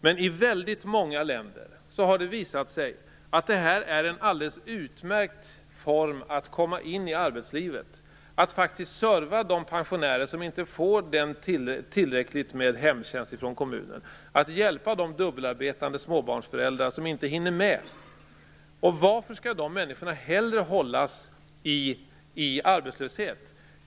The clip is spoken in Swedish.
Men i väldigt många länder har det visat sig att det här är en alldeles utmärkt form att komma in i arbetslivet - att faktiskt serva de pensionärer som inte får tillräckligt med hemtjänst från kommunen och att hjälpa de dubbelarbetande småbarnsföräldrar som inte hinner med. Och varför skall de här människorna hellre hållas i arbetslöshet?